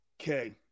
Okay